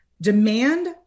demand